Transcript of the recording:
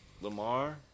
Lamar